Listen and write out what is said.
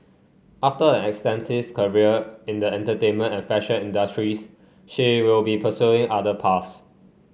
after an extensive career in the entertainment and fashion industries she will be pursuing other paths